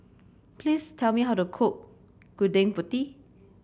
please tell me how to cook Gudeg Putih